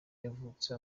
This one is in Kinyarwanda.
yavutse